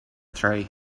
three